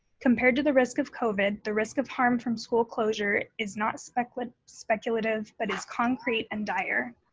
compared to the risk of covid, the risk of harm from school closure is not speculative speculative but is concrete and dire.